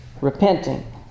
repenting